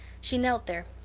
she knelt there,